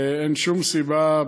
אין שום סיבה,